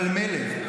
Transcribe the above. אבל מילא.